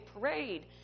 parade